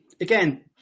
again